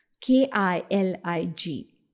K-I-L-I-G